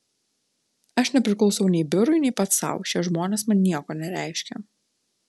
aš nepriklausau nei biurui nei pats sau šie žmonės man nieko nereiškia